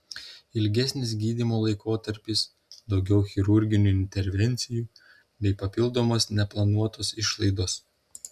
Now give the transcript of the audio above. ilgesnis gydymo laikotarpis daugiau chirurginių intervencijų bei papildomos neplanuotos išlaidos